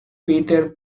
peter